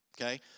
okay